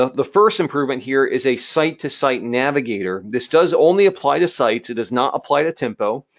ah the first improvement here is a site-to-site navigator. this does only apply to sites. it does not apply to tempo.